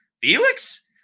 Felix